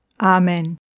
Amen